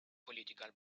political